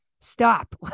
stop